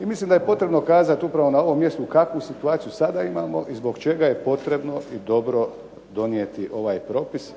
I mislim da je potrebno kazati upravo na ovom mjestu kakvu situaciju sada imamo i zbog čega je potrebno i dobro donijeti ovaj propis